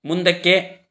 ಮುಂದಕ್ಕೆ